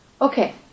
Okay